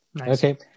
okay